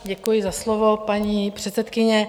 Děkuji za slovo, paní předsedkyně.